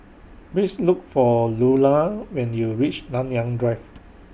Please Look For Lulla when YOU REACH Nanyang Drive